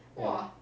eh